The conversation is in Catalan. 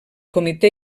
comitè